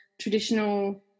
traditional